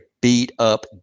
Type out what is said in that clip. beat-up